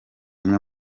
imwe